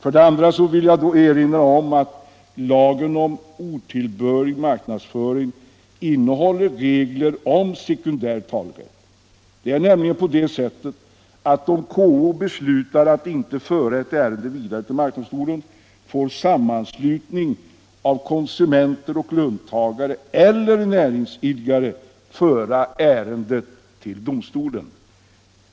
Vidare vill jag erinra om att lagen om otillbörlig marknadsföring innehåller regler om sekundär talerätt. Det är nämligen på det sättet att om KO beslutar att inte föra ett ärende vidare till marknadsdomstolen, får sammanslutning av konsumenter och löntagare eller näringsidkare föra ärendet till domstolen.